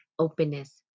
Openness